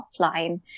offline